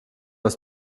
aus